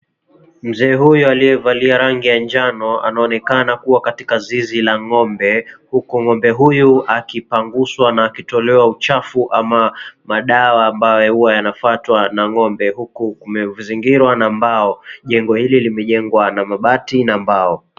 Mzee huyu aliyevalia shati la rangi ya njano , anaeonekana Kuwa katika zizi la ng'ombe huku ng'ombe huyu akupanguzwa na kutolewa uchafu ama madawa ambayo huwa yanapatwa na ng'ombe huku umezingirwa na mbao. Jengo hili yana mabati na mbao.